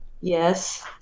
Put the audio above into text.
Yes